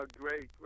Great